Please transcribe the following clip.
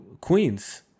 queens